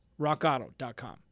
RockAuto.com